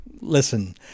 Listen